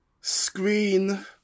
Screen